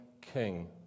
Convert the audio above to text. king